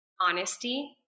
honesty